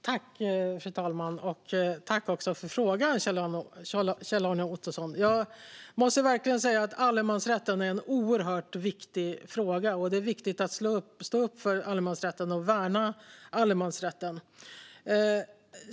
Fru talman! Jag tackar Kjell-Arne Ottosson för frågan. Jag måste verkligen säga att allemansrätten är en oerhört viktigt fråga. Det är viktigt att stå upp för allemansrätten och värna den.